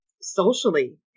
socially